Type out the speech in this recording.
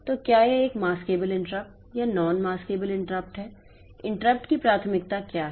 तो क्या यह एक मासकेबल इंटरप्ट या नॉन मासकेबल इंटरप्ट है इंटरप्ट की प्राथमिकता क्या है